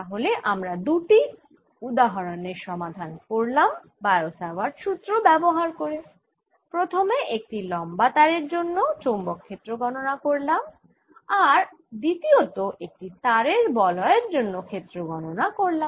তাহলে আমরা দুটি উদাহরণের সমাধান করলাম বায়ো স্যাভার্ট সুত্র ব্যবহার করে প্রথমে একটি লম্বা তারের জন্য চৌম্বক ক্ষেত্র গণনা করলাম আর দ্বিতীয়ত একটি তারের বলয়ের জন্য ক্ষেত্র গণনা করলাম